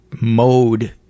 mode